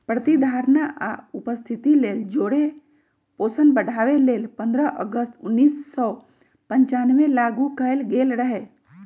प्रतिधारणा आ उपस्थिति लेल जौरे पोषण बढ़ाबे लेल पंडह अगस्त उनइस सौ पञ्चानबेमें लागू कएल गेल रहै